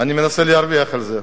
אני מנסה להרוויח על זה.